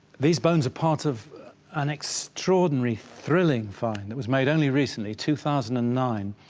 these bones are part of an extraordinary thrilling find that was made only recently, two thousand and nine,